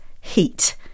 heat